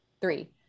three